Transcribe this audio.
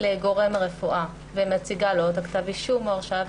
לגורם הרפואה ומציגה לו את כתב האישום או ההרשעה,